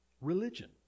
Religion